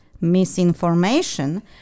misinformation